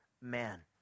man